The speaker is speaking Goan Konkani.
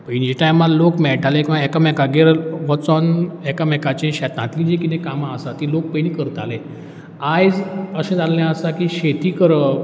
पयलींचे टायमार लोक मेळटाले किंवां एकामेकागेर वचोन एकामेकाचीं शेतांतलीं जीं कितें कामां आसात तीं लोक पयलीं करताले आयज अशें जाल्लें आसा की शेती करप